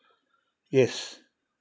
yes